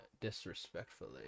disrespectfully